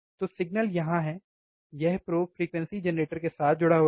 तो सिग्नल यहां हैं यह प्रोब फ्रीक्वेंसी जेनरेटर के साथ जुड़ा हुआ है